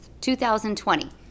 2020